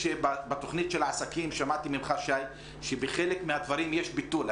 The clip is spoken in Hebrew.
יש בתכנית של העסקים שבחלק מהדברים יש ביטול,